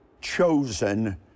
chosen